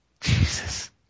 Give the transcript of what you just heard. Jesus